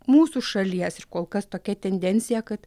mūsų šalies ir kol kas tokia tendencija kad